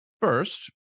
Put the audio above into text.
First